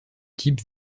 type